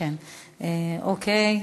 יישר כוח.